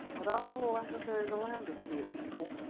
but after all africa is a land of queer people,